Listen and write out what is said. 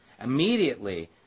Immediately